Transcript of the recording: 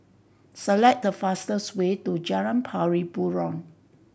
select the fastest way to Jalan Pari Burong